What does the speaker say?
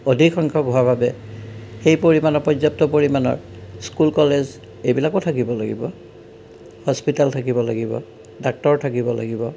অধিক সংখ্যক হোৱা বাবে সেই পৰিমাণৰ পৰ্যাপ্ত পৰিমাণৰ স্কুল কলেজ এইবিলাকো থাকিব লাগিব হস্পিটাল থাকিব লাগিব ডাক্টৰ থাকিব লাগিব